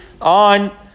on